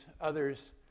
others